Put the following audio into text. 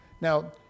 Now